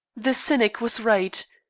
the cynic was right.